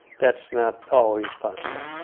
that's not always possible.